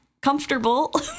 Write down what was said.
comfortable